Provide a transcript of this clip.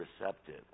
receptive